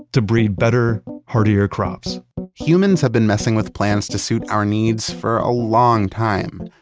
to breed better heartier crops humans have been messing with plans to suit our needs for a long time,